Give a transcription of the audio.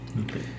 Okay